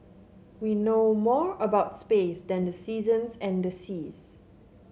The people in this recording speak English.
we know more about space than the seasons and the seas